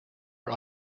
are